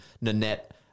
Nanette